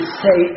say